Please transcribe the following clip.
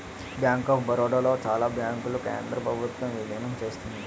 bank of Baroda లో చాలా బ్యాంకులను కేంద్ర ప్రభుత్వం విలీనం చేసింది